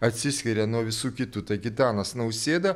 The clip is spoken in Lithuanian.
atsiskiria nuo visų kitų tai gitanas nausėda